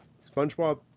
SpongeBob